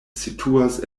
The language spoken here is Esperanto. situas